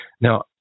Now